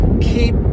Keep